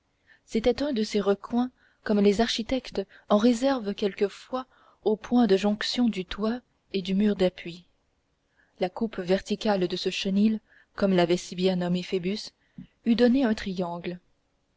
c'était un de ces recoins comme les architectes en réservent quelquefois au point de jonction du toit et du mur d'appui la coupe verticale de ce chenil comme l'avait si bien nommé phoebus eût donné un triangle